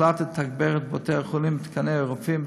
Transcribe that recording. הוחלט לתגבר את בתי-החולים בתקני רופאים,